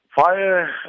fire